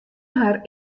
har